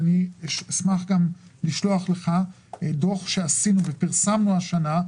אני אשמח לשלוח לך דוח שעשינו ופרסמנו השנה.